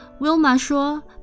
Wilma说